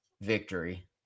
victory